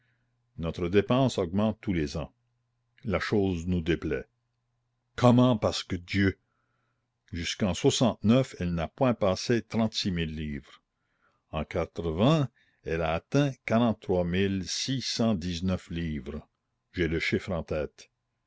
notre dépense augmente tous les ans la chose nous déplaît comment pasque dieu jusqu'en elle n'a point passé trente-six mille livres en elle a atteint quarante-trois mille six cent dix-neuf livres j'ai le chiffre en tête